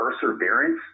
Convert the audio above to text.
perseverance